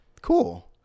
cool